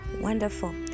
wonderful